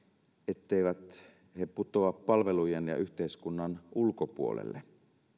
etteivät he putoa palvelujen ja yhteiskunnan ulkopuolelle